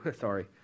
sorry